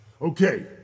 Okay